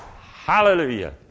Hallelujah